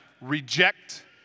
Reject